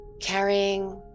carrying